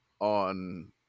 on